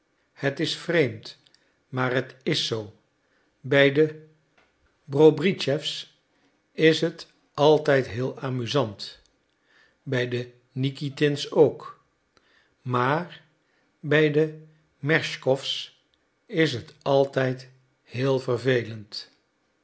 het is vreemd maar het is zoo bij de brobrischeffs is het altijd heel amusant by de nikitins ook maar bij de merschkoffs is het altijd heel vervelend